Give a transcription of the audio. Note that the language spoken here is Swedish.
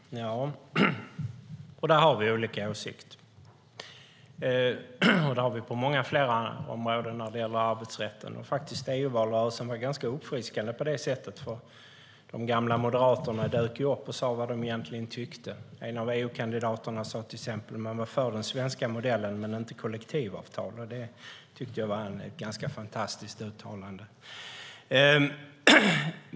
Herr talman! Där har vi olika åsikt. Det har vi på många fler områden när det gäller arbetsrätten. EU-valrörelsen var faktiskt rätt uppfriskande, för de gamla moderaterna dök upp och sade vad de egentligen tyckte. En av EU-kandidaterna sade sig till exempel vara för den svenska modellen men inte för kollektivavtal. Det tyckte jag var ett ganska fantastiskt uttalande.